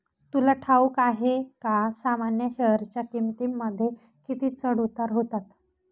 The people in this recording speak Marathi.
तुला ठाऊक आहे का सामान्य शेअरच्या किमतींमध्ये किती चढ उतार होतात